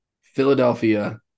Philadelphia –